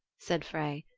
said frey.